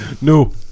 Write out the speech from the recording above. No